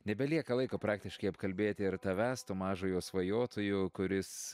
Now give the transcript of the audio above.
nebelieka laiko praktiškai apkalbėti ir tavęs to mažojo svajotojo kuris